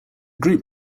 group